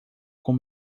com